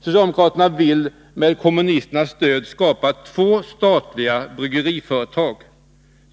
Socialdemokraterna vill med kommunisternas stöd skapa två statliga bryggeriföretag.